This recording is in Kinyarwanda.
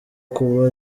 kuba